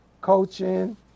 coaching